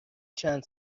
چند